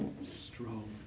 strong